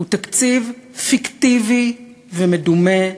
הוא תקציב פיקטיבי ומדומה,